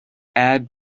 add